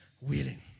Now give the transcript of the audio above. willing